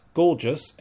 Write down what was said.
gorgeous